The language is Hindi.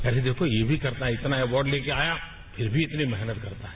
ऐसे देखो ये भी करता है इतना अवॉर्ड लेकर आया है फिर भी इतनी मेहनत करता है